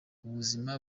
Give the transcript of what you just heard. ubuzima